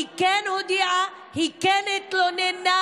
היא כן הודיעה, היא כן התלוננה.